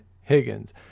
Higgins